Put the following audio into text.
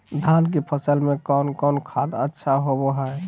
धान की फ़सल में कौन कौन खाद अच्छा होबो हाय?